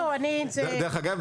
דרך אגב,